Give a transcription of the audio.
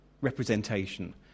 representation